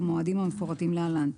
במועדים המפורטים להלן: